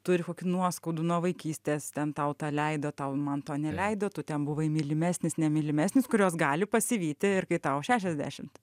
turi kokių nuoskaudų nuo vaikystės ten tau tą leido tau man to neleido tu ten buvai mylimesnis ne mylimesnis kurios gali pasivyti ir kai tau šešiasdešimt